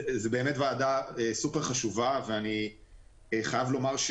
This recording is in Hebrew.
זו באמת ועדה סופר חשובה ואני חייב לומר,